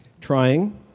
trying